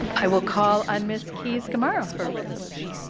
i will call on mrs. keys-gamarra for a resolution.